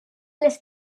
les